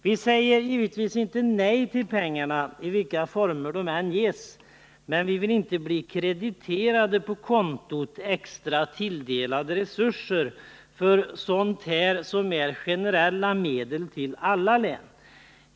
Vi säger givetvis inte nej till pengarna i vilken form dessa än ges, men vi vill inte bli krediterade på kontot ”extra tilldelade resurser” för sådant som är generella medel till alla län.